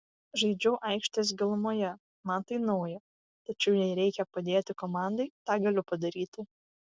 žaidžiau aikštės gilumoje man tai nauja tačiau jei reikia padėti komandai tą galiu padaryti